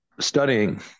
studying